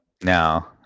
No